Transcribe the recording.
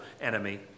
enemy